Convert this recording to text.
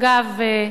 אגב,